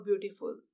beautiful